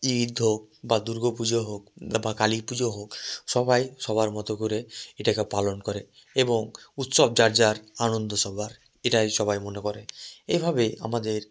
ঈদ হোক বা দুর্গাপুজো হোক বা কালী পুজো হোক সবাই সবার মতো করে এটাকে পালন করে এবং উৎসব যার যার আনন্দ সবার এটাই সবাই মনে করে এইভাবে আমাদের